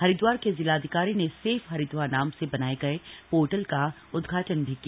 हरिद्वार के जिलाधिकारी ने सेफ हरिद्वार नाम से बनाये गये पोर्टल का उदघाटन भी किया